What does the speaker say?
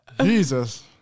Jesus